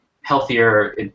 healthier